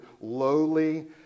lowly